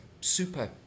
super